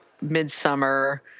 midsummer